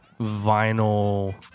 vinyl